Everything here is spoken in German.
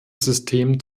system